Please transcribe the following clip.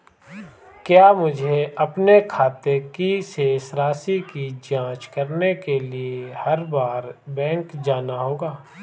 क्या मुझे अपने खाते की शेष राशि की जांच करने के लिए हर बार बैंक जाना होगा?